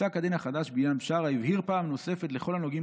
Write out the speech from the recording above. פסק הדין החדש בעניין בשארה הבהיר פעם נוספת לכל הנוגעים